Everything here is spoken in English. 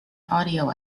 audio